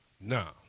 Now